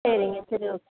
சரிங்க சரி ஓகே